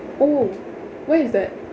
oh where is that